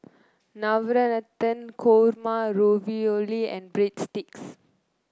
Navratan Korma Ravioli and Breadsticks